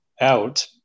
out